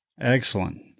Excellent